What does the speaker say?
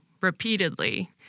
repeatedly